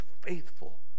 faithful